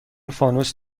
فانوس